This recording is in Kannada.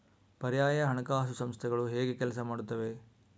ಪರ್ಯಾಯ ಹಣಕಾಸು ಸಂಸ್ಥೆಗಳು ಹೇಗೆ ಕೆಲಸ ಮಾಡುತ್ತವೆ?